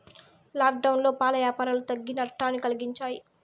లాక్డౌన్లో పాల యాపారాలు తగ్గి నట్టాన్ని కలిగించాయి